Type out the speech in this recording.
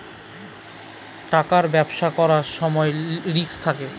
টাকার ব্যবসা করার সময় রিস্ক থাকে